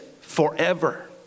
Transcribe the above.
forever